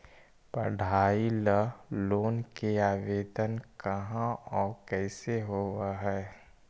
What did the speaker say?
पढाई ल लोन के आवेदन कहा औ कैसे होब है?